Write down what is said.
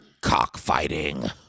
cockfighting